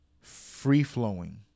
free-flowing